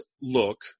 look